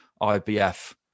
IBF